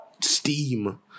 steam